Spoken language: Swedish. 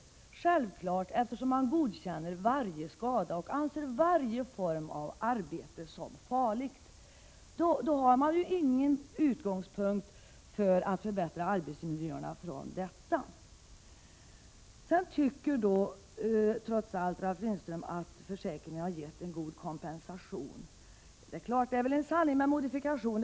Det är självklart, eftersom man godkänner varje skada och anser varje form av arbete som farlig. Från detta får man ingen utgångspunkt för att förbättra arbetsmiljöerna. Ralf Lindström tycker trots allt att försäkringen har gett en god kompensation. Det är väl en sanning med modifikation.